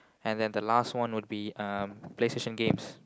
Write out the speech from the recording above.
and then the last one would be um Play-Station games